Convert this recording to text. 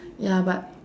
ya but